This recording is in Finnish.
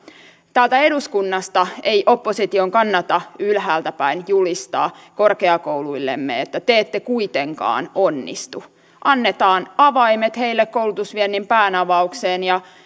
täältä eduskunnasta ei opposition kannata ylhäältäpäin julistaa korkeakouluillemme että te ette kuitenkaan onnistu annetaan avaimet heille koulutusviennin päänavaukseen ja